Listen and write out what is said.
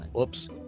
Oops